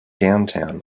downtown